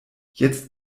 jetzt